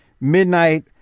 Midnight